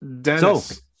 dennis